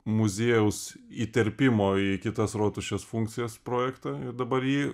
muziejaus įterpimo į kitas rotušės funkcijas projektą ir dabar jį